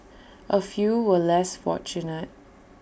A few were less fortunate